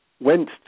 went